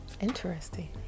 Interesting